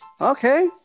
Okay